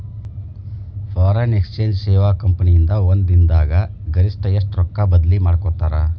Foreign exchange ಸೇವಾ company ಇಂದಾ ಒಂದ್ ದಿನ್ ದಾಗ್ ಗರಿಷ್ಠ ಎಷ್ಟ್ ರೊಕ್ಕಾ ಬದ್ಲಿ ಮಾಡಿಕೊಡ್ತಾರ್?